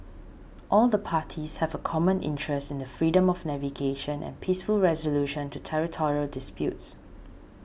all the parties have a common interest in the freedom of navigation and peaceful resolution to territorial disputes